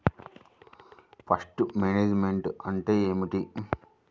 Pest management అంటే ఏమిటి?